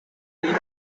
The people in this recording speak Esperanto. limon